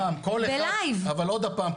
ב- LIVE. אבל עוד הפעם,